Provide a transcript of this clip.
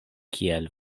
kiel